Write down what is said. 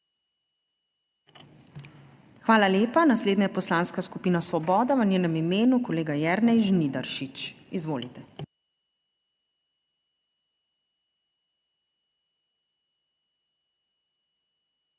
Hvala lepa. Naslednja Poslanska skupina Svoboda, v njenem imenu kolega Aleš Rezar. Izvolite.